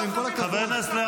חבר הכנסת לפיד,